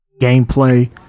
gameplay